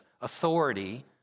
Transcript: authority